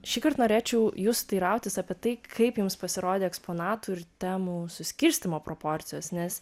šįkart norėčiau jus teirautis apie tai kaip jums pasirodė eksponatų ir temų suskirstymo proporcijos nes